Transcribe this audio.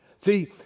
See